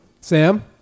Sam